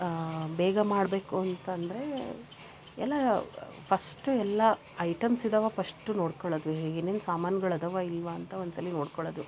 ಬೇಗ ಮಾಡಬೇಕು ಅಂತಂದರೆ ಎಲ್ಲ ಫಸ್ಟು ಎಲ್ಲ ಐಟಮ್ಸ್ ಇದ್ದಾವಾ ಪಸ್ಟು ನೋಡ್ಕೊಳದು ಏನೇನು ಸಾಮಾನ್ಗಳಿದಾವಾ ಇಲ್ಲವಾ ಅಂತ ಒಂದು ಸಲ ನೋಡ್ಕೊಳ್ಳೋದು